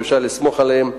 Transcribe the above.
שאפשר לסמוך עליו.